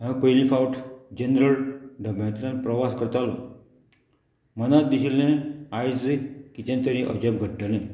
हांव पयलीं फावट जनरल डब्यांतल्यान प्रवास करतालो मनाक दिशिल्लें आयज कितें तरी अजाप घडटलें